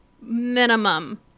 Minimum